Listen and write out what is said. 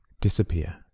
disappear